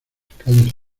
calles